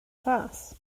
ras